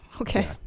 okay